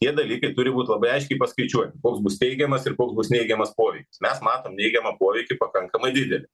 tie dalykai turi būt labai aiškiai paskaičiuoti koks bus teigiamas ir koks bus neigiamas poveikis mes matom neigiamą poveikį pakankamai didelį